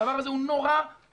הדבר הזה הוא נורא ואיום.